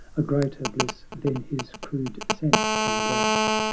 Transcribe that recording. a greater bliss than his crude sense can grasp,